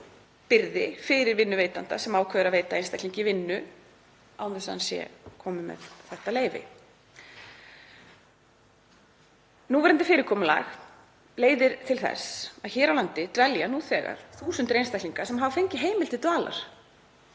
byrði fyrir vinnuveitanda sem ákveður að veita einstaklingi vinnu án þess að hann sé kominn með þetta leyfi. Núverandi fyrirkomulag leiðir til þess að hér á landi dvelja nú þegar þúsundir einstaklinga sem hafa fengið heimild til dvalar